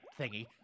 thingy